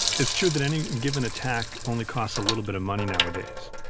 it's true that any given attack only costs a little bit of money nowadays.